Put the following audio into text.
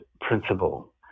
principle